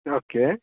okay